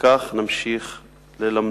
וכך נמשיך ללמדו.